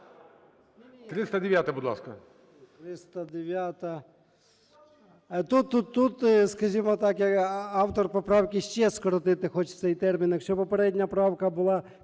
309-а, будь ласка.